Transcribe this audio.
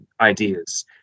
ideas